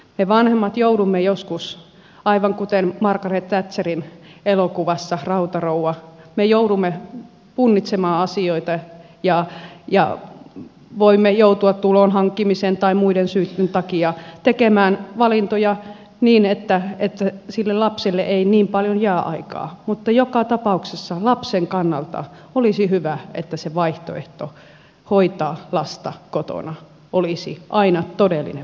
me vanhemmat joudumme joskus aivan kuten margaret thatcher elokuvassa rautarouva punnitsemaan asioita ja voimme joutua tulonhankkimisen tai muiden syitten takia tekemään valintoja niin että lapselle ei jää niin paljon aikaa mutta joka tapauksessa lapsen kannalta olisi hyvä että vaihtoehto hoitaa lasta kotona olisi aina todellinen vaihtoehto